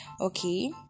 Okay